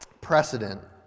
precedent